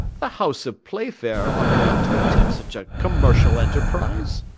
the house of playfair ought not to attempt such a commercial enterprise?